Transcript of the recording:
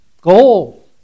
goal